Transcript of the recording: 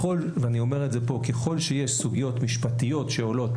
אני אומר כאן שככל שיש סוגיות משפטיות חדשות שעולות